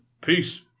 Peace